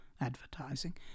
advertising